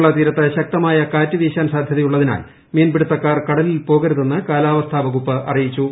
കേരള തീരത്ത് ശക്തമായ കാറ്റു വീശാൻ സാധ്യതയുള്ളതിനാൽ മീൻപിടുത്തക്കാർ കടലിൽ പോകരുതെന്ന് കാലാവസ്ഥാ വകുപ്പ് അറിയിച്ചു